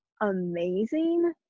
amazing